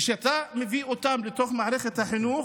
כשאתה מביא אותם לתוך מערכת החינוך,